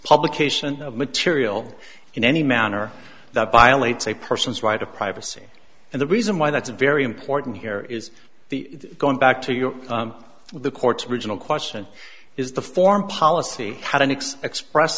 publication of material in any manner that violates a person's right to privacy and the reason why that's a very important here is the going back to your the court's riginal question is the foreign policy had an x express